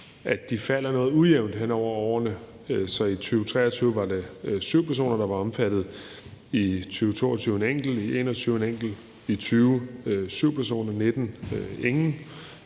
at de falder noget ujævnt hen over årene. I 2023 var det syv personer, der var omfattet, i 2022 en enkelt, i 2021 en enkelt, i 2020 syv personer, i